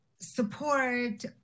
support